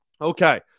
Okay